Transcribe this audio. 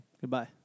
Goodbye